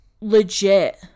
legit